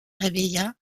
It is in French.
réveilla